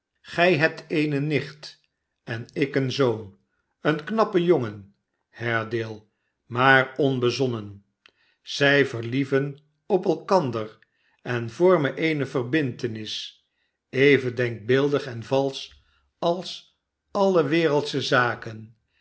gij hebt eene nicht en ik een zoon een knappe jongen haredale maar onbezonnen zij verlieven op elkander en vormen eene verbintenis even denkbeeldig en valsch als alle wereldsche zaken